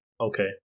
Okay